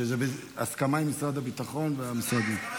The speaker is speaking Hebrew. שזה בהסכמה עם משרד הביטחון והמשרדים.